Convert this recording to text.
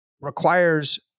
requires